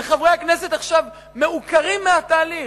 וחברי הכנסת עכשיו מעוקרים מהתהליך,